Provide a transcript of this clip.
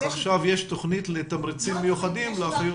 אז יש עכשיו תוכנית לתמריצים מיוחדים לאחיות.